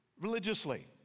religiously